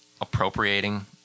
appropriating